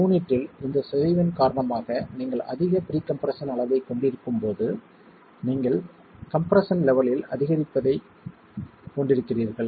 யூனிட்டில் இந்த சிதைவின் காரணமாக நீங்கள் அதிக ப்ரீ கம்ப்ரெஸ்ஸன் அளவைக் கொண்டிருக்கும் போது நீங்கள் கம்ப்ரெஸ்ஸன் லெவெலில் அதிகரிப்பதைக் கொண்டிருக்கிறீர்கள்